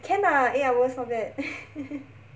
can lah eight hours not bad